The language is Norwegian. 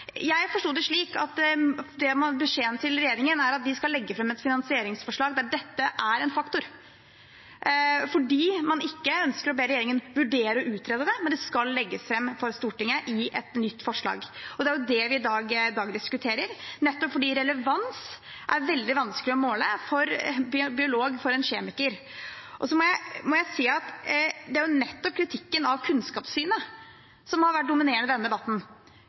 Jeg forsto det slik at beskjeden til regjeringen er at de skal legge fram et finansieringsforslag der dette er en faktor, fordi man ikke ønsker å be regjeringen vurdere å utrede det, men fordi det skal legges fram for Stortinget i et nytt forslag. Det er det vi i dag diskuterer, nettopp fordi relevans er veldig vanskelig å måle for en biolog eller en kjemiker. Det er nettopp kritikken av kunnskapssynet som har vært dominerende i denne debatten